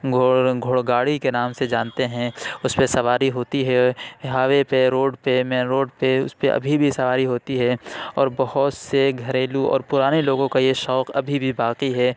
گھوڑا گھوڑا گاڑی کے نام سے جانتے ہیں اُس پہ سواری ہوتی ہے ہائی وے پہ روڈ پہ مین روڈ پہ اُس پہ ابھی بھی سواری ہوتی ہے اور بہت سے گھریلو اور پرانے لوگوں کو یہ شوق ابھی بھی باقی ہے